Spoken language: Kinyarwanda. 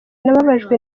nababajwe